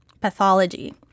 pathology